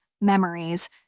memories